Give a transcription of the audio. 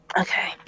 Okay